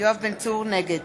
נגד